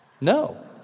No